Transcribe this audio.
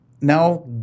now